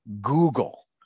Google